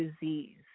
disease